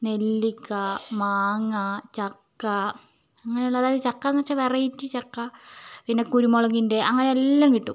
നെല്ലിക്ക മാങ്ങ ചക്ക അങ്ങനെയുള്ള അതായത് ചക്കയെന്ന് വെച്ചാൽ വെറൈറ്റി ചക്ക പിന്നെ കുരുമുളകിൻ്റെ അങ്ങനെ എല്ലാം കിട്ടും